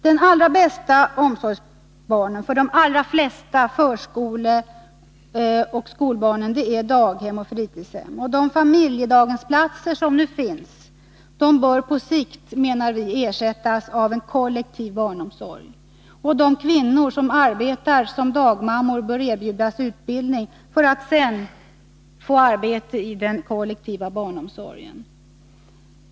Den allra bästa omsorgsformen för de allra flesta förskoleoch skolbarnen är daghem och fritidshem. De familjedaghemsplatser som nu finns bör på sikt, menar vi, ersättas av en kollektiv barnomsorg. De kvinnor som arbetar som dagmammor bör erbjudas utbildning för att sedan få arbete i den kollektiva barnomsorgen.